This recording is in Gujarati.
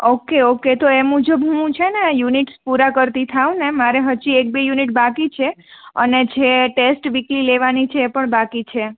ઓકે ઓકે તો એ મુજબ હું છે ને યુનિટ્સ પૂરા કરતી થાવને મારી હજી એક બે યુનિટ બાકી છે અને જે ટેસ્ટ વીકલી લેવાની છે એ પણ બાકી છે